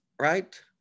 right